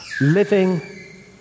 Living